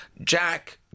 Jack